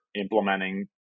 implementing